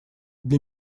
для